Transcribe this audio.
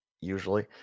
usually